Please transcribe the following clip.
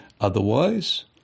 Otherwise